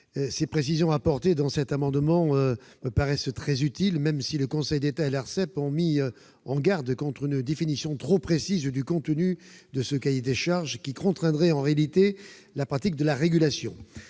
Ces précisions paraissent très utiles, même si le Conseil d'État et l'Arcep ont mis en garde contre une définition trop précise du contenu du cahier des charges qui contraindrait en réalité la pratique de la régulation.